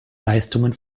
leistungen